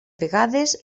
vegades